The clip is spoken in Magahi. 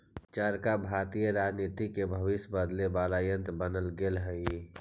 चरखा भारतीय राजनीति के भविष्य बदले वाला यन्त्र बन गेले हई